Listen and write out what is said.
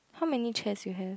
how many chairs you have